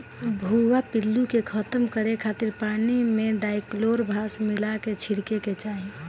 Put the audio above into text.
भुआ पिल्लू के खतम करे खातिर पानी में डायकलोरभास मिला के छिड़के के चाही